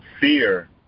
fear